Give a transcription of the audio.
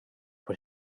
what